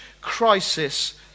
crisis